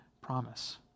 promise